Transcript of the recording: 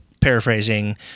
paraphrasing